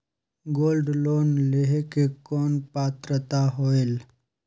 Gold loan लेहे के कौन पात्रता होएल?